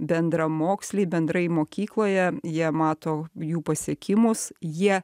bendramoksliai bendrai mokykloje jie mato jų pasiekimus jie